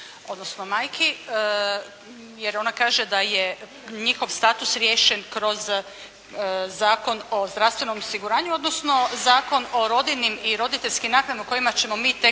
odnosno majki, jer ona kaže da je njihov status riješen kroz Zakon o zdravstvenom osiguranju, odnosno Zakon o rodiljnim i roditeljskim naknadama o kojima ćemo mi tek